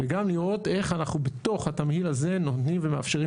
וגם לראות איך אנחנו בתוך התמהיל הזה נותנים ומאפשרים